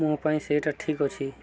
ମୋ ପାଇଁ ସେଇଟା ଠିକ୍ ଅଛି